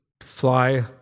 fly